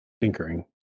tinkering